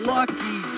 Lucky